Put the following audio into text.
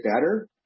better